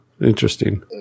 interesting